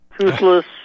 Toothless